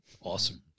Awesome